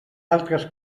altres